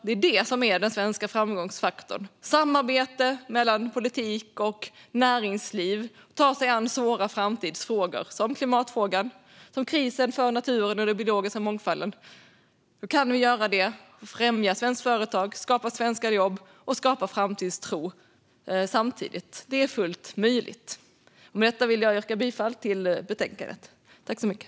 Det är det som är den svenska framgångsfaktorn - samarbete mellan politik och näringsliv och att ta sig an svåra framtidsfrågor som klimatfrågan och krisen för naturen och den biologiska mångfalden. Då kan vi göra det och främja svenska företag, skapa svenska jobb och skapa framtidstro samtidigt. Det är fullt möjligt. Med detta vill jag yrka bifall till förslaget i betänkandet.